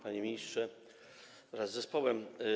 Panie Ministrze wraz z Zespołem!